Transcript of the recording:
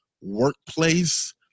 workplace